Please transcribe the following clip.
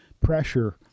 pressure